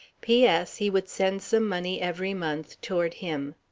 p. s. he would send some money every month toward him.